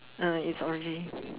mm its already